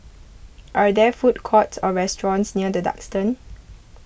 are there food courts or restaurants near the Duxton